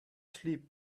sleep